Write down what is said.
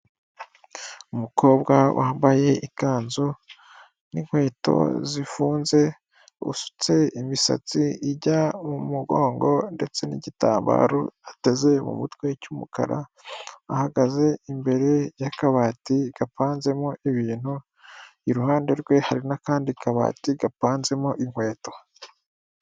Umukobwa wambaye ikanzu n'inkweto zifunze, usutse imisatsi ijya mu mugongo ndetse n'igitambaro ateze mu mutwe cy'umukara, ahagaze imbere y'akabati gapanzemo ibintu, iruhande rwe hari n'akandi kabati gapanzemo inkweto.